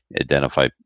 identify